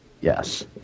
Yes